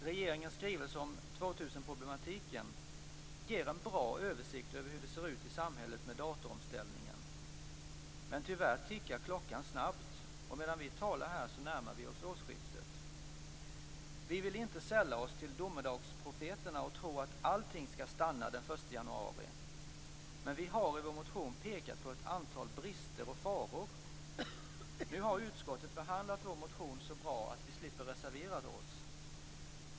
Regeringens skrivelse om 2000-problematiken ger en bra översikt över hur det ser ut i samhället med datoromställningen. Men tyvärr tickar klockan snabbt, och medan vi talar här närmar vi oss årsskiftet. Vi vill inte sälla oss till domedagsprofeterna och tro att allting skall stanna den 1 januari, men vi har i vår motion pekat på ett antal brister och faror. Nu har utskottet behandlat vår motion så bra att vi slipper reservera oss.